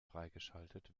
freigeschaltet